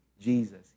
Jesus